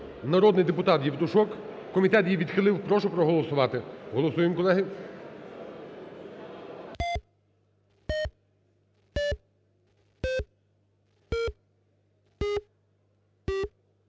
народний, депутат Євтушок, комітет її відхилив, прошу проголосувати. Голосуємо, колеги.